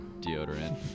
Deodorant